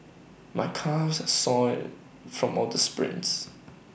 my calves are sore from all the sprints